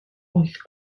wyth